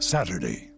Saturday